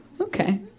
Okay